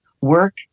work